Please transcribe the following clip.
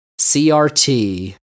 CRT